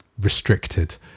restricted